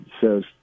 says